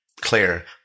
Claire